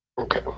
Okay